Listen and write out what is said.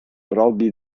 robbie